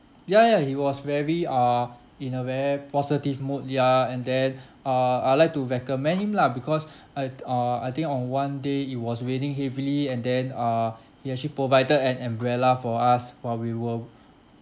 ya ya he was very uh in a very positive mood ya and then uh I would like to recommend him lah because I th~ uh I think on one day it was raining heavily and then uh he actually provided an umbrella for us while we were